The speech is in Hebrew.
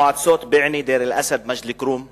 בענה, דיר-אל-אסד ומג'ד-אל-כרום בצפון,